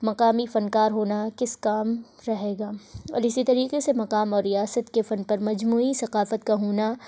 مقامی فنکار ہونا کس کام رہے گا اور اسی طریقے سے مقام اور ریاست کے فن پر مجموعی ثقافت کا ہونا